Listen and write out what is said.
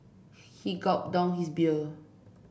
he gulped down his beer